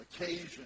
occasion